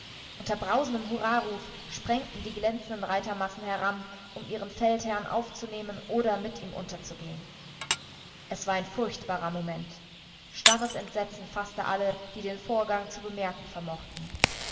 unter brausendem hurraruf sprengten die glänzenden reitermassen heran um ihren feldherrn aufzunehmen oder mit ihm unterzugehen es war ein furchtbarer moment starres entsetzen faßte alle die den vorgang zu bemerken vermochten